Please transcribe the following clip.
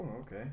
okay